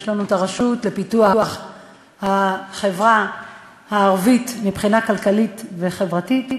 יש לנו הרשות לפיתוח החברה הערבית מבחינה כלכלית וחברתית,